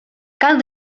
cal